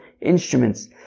instruments